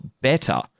better